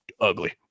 ugly